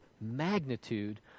magnitude